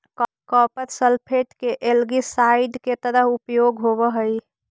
copper sulphate के algicide के तरह उपयोग होवऽ हई